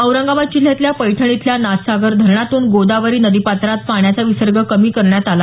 औरंगाबाद जिल्ह्यातल्या पैठण इथल्या नाथसागर धरणातून गोदावरी नदीपात्रात पाण्याचा विसर्ग कमी करण्यात आला